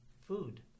food